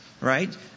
Right